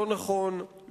לא נכון,